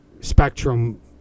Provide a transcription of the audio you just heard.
spectrum